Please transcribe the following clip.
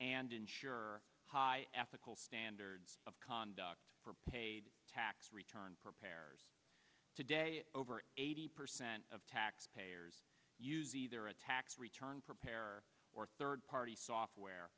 and ensure high ethical standards of conduct for paid tax return preparers today over eighty percent of taxpayers use either a tax return preparer or third party software